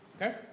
Okay